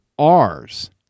Rs